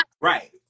Right